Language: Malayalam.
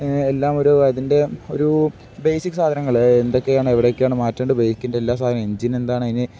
എല്ലാം ഒരു അതിൻ്റെ ഒരു ബേസിക് സാധനങ്ങള് എന്തൊക്കെയാണ് എവിടൊക്കെയാണ് മാറ്റേണ്ടത് ബൈക്കിൻ്റെ എല്ലാ സാധനം എഞ്ചിൻ എന്താണ് അതിന്